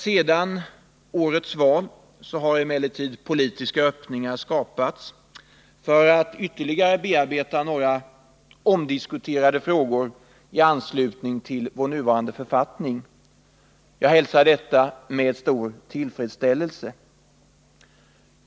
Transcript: Sedan årets val har emellertid politiska öppningar skapats för att ytterligare bearbeta några omdiskuterade frågor i anslutning till vår nuvarande författning. Jag hälsar detta med stor tillfredsställelse.